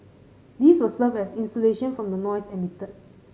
this will serve as insulation from the noise emitted